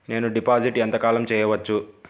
నేను డిపాజిట్ ఎంత కాలం చెయ్యవచ్చు?